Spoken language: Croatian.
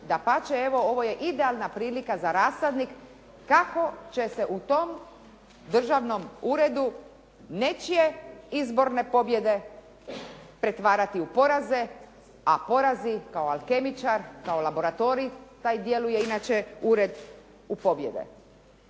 Dapače, evo ovo je idealna prilika za rasadnik kako će se u tom državnom uredu nečije izborne pobjede pretvarati u pobjede, a porazi kao alkemičar, kao laboratorij taj djeluje inače ured, u pobjede.